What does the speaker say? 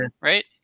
right